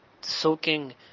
soaking